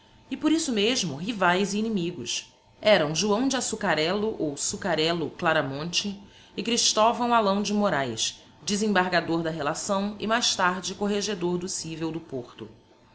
e por isso mesmo rivaes e inimigos eram joão de assucarello ou sucarello claramonte e christovão alão de moraes desembargador da relação e mais tarde corregedor do civel do porto